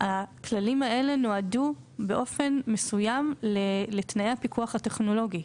הכללים האלו נועדו באופן מסוים לתנאי הפיקוח הטכנולוגי.